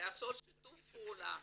לעשות שיתוף פעולה